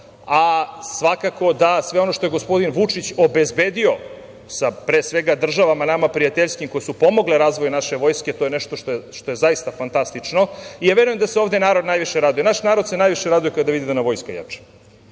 a svakako da sve ono što je gospodin Vučić obezbedio sa, pre svega, državama nama prijateljskim, koje su pomogle razvoju naše vojske, to je nešto što je zaista fantastično. Ja verujem da se ovde narod najviše raduje. Naš narod se najviše raduje kada vidi da nam vojska jača